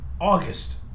August